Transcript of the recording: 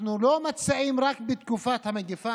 אנחנו לא מציעים רק על תקופת המגפה,